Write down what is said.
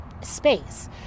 space